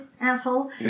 asshole